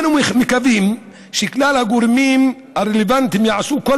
אנו מקווים שכלל הגורמים הרלוונטיים יעשו כל